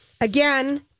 Again